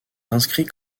inscrits